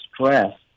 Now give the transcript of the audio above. stress